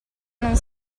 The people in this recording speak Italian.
non